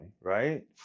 right